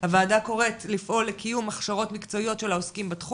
חוק המצלמות והוצאות שמושתות עלינו.